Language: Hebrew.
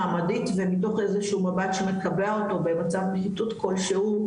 מעמדית ומתוך איזשהו מבט שמקבע אותו במצב בליטות כלשהו,